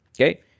okay